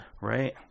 right